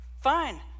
fine